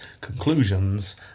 conclusions